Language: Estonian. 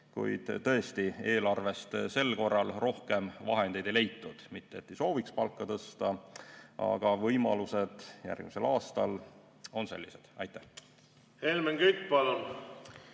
kuid tõesti eelarvest sel korral rohkem vahendeid ei leitud, mitte et ei soovitaks palka tõsta, aga võimalused järgmisel aastal on sellised. Aitäh! Järgmisel aastal